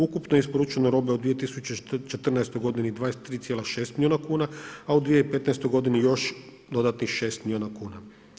Ukupno je isporučeno robe u 2014. godini 23,6 milijuna kuna a u 2015. godini još dodatnih 6 milijuna kuna.